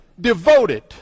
devoted